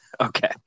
Okay